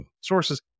sources